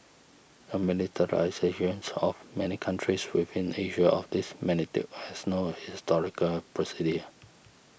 a militarizations of many countries within Asia of this magnitude has no historical precedent